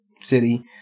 city